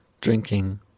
drinking